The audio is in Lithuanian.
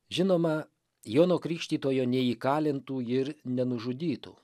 žinoma jono krikštytojo neįkalintų ir nenužudytų